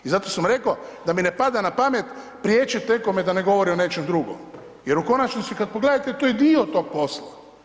I zato sam reko da mi ne pada na pamet priječit nekome da ne govori o nečem drugom jer u konačnici kad pogledate to je dio tog posla.